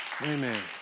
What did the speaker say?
Amen